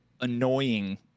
annoying